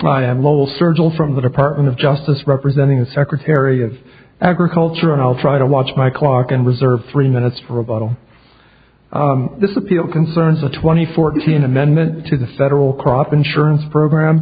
surgeon from the department of justice representing the secretary of agriculture and i'll try to watch my clock and reserve three minutes for a bottle this appeal concerns a twenty fourteen amendment to the federal crop insurance program